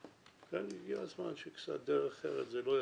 הגיע הזמן שקצת דרך ארץ, זה לא יזיק לנו